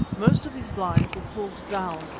most of these blinds were pulled down,